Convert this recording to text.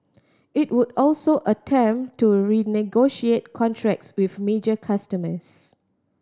it would also attempt to renegotiate contracts with major customers